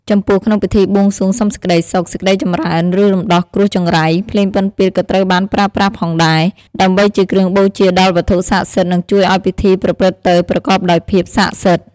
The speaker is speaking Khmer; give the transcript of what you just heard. ចំពោះក្នុងពិធីបួងសួងសុំសេចក្ដីសុខ សេចក្ដីចម្រើន ឬរំដោះគ្រោះចង្រៃ ភ្លេងពិណពាទ្យក៏ត្រូវបានប្រើប្រាស់ផងដែរ ដើម្បីជាគ្រឿងបូជាដល់វត្ថុស័ក្តិសិទ្ធិ និងជួយឱ្យពិធីប្រព្រឹត្តទៅប្រកបដោយភាពស័ក្តិសិទ្ធិ។